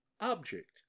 object